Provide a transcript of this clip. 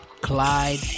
Clyde